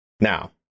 Now